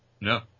No